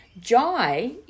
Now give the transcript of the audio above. Jai